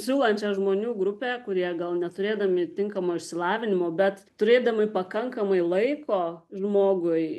siūlančią žmonių grupę kurie gal neturėdami tinkamo išsilavinimo bet turėdami pakankamai laiko žmogui